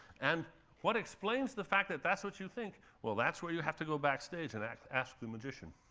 and what explains the fact that that's what you think? well, that's where you have to go backstage and ask ask the magician.